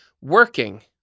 working